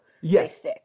yes